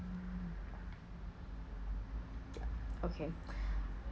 okay